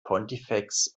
pontifex